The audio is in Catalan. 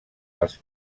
els